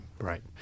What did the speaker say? Right